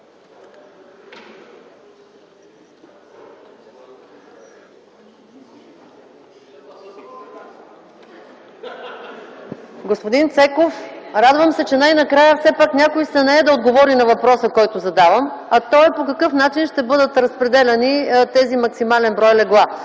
Господин Цеков, радвам се, че най-накрая все пак някой се нае да отговори на въпроса, който задавам, а той е: по какъв начин ще бъдат разпределяни тези максимален брой легла?